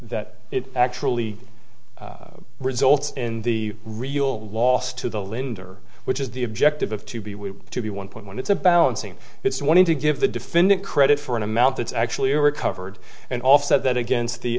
that it actually results in the real loss to the linder which is the objective of to be will be one point when it's a balancing it's wanting to give the defendant credit for an amount that's actually recovered and offset that against the